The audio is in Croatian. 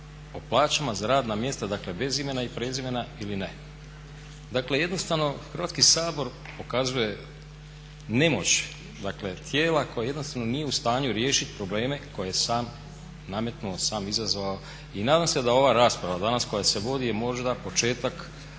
o plaćama za radna mjesta, dakle bez imena i prezimena ili ne. Dakle, jednostavno Hrvatski sabor pokazuje nemoć, dakle tijela koje jednostavno nije u stanju riješit probleme koje je sam nametnuo, sam izazvao. I nadam se da ova rasprava danas koja se vodi je možda početak